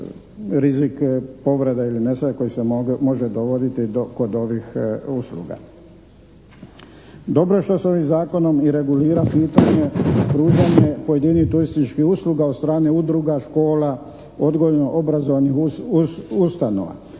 rizik povrede ili nesreće koji se može dogoditi kod ovih usluga. Dobro je što se ovim zakonom regulira i pitanje pružanja pojedinih turističkih usluga od strane udruga, škola, odgojno-obrazovnih ustanova.